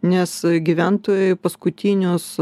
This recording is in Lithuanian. nes gyventojai paskutinius